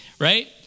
right